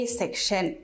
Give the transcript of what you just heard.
section